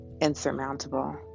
insurmountable